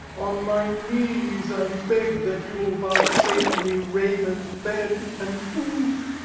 on my knees i beg that you'll vouchsafe me raiment, bed, and food